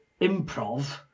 improv